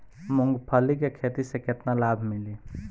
मूँगफली के खेती से केतना लाभ मिली?